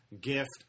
gift